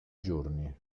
giorni